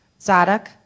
Zadok